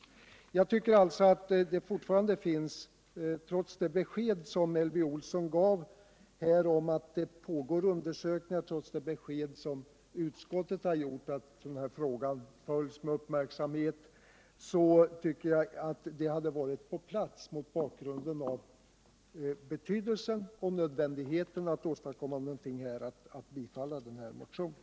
Trots det besked som Elvy Olsson gav här om att undersökningar pågår och trots utskottets besked. att frågan följs med uppmärksamhet, tycker jag att det, mot bakgrund av betydelsen och nödvändigheten av att åstadkomma någonting här, hade varit på sin plats att bifalla motionen.